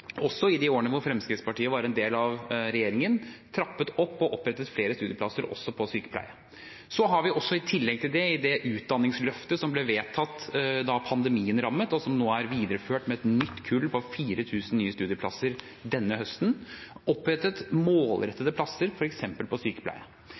også i de årene hvor Fremskrittspartiet var en del av regjeringen, trappet opp og opprettet flere studieplasser også på sykepleie. I tillegg har vi det utdanningsløftet som ble vedtatt da pandemien rammet, og som nå er videreført med et nytt kull på 4 000 nye studieplasser denne høsten, opprettet